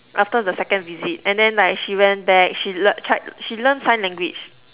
after the second visit and then like she went back she learn tried she learnt sign language